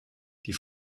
die